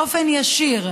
באופן ישיר,